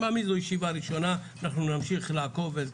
זו הישיבה הראשונה, אנחנו נמשיך לעקוב.